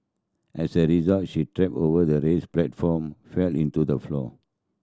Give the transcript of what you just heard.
as a result she tripped over the raised platform fell into the floor